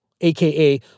aka